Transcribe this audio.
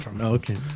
Okay